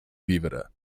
vivere